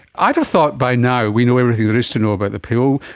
i'd have thought by now we know everything there is to know about the pill.